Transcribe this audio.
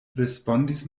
respondis